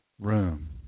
room